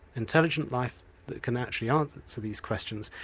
intelligent life that can actually answer so these questions,